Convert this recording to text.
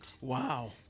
Wow